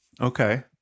Okay